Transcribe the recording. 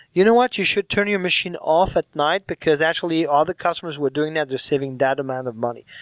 you know what? you should turn your mission off at night because actually all the customers who are doing that is just saving that amount of money.